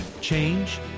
Change